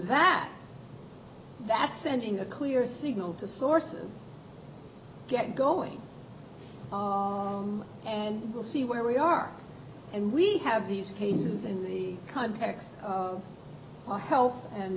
that that's sending a clear signal to sources get going on and we'll see where we are and we have these cases in the context of our health and